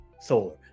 solar